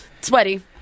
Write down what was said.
Sweaty